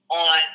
on